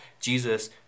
Jesus